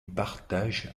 partage